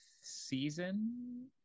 season